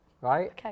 right